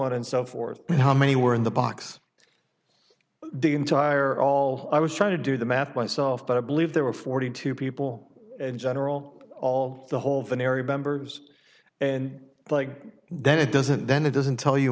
on and so forth how many were in the box the entire all i was trying to do the math myself but i believe there were forty two people in general all the whole venire members and like then it doesn't then it doesn't tell you